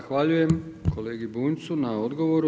zahvaljujem kolegi Bunjcu na odgovoru.